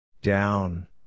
Down